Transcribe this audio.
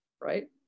right